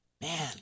Man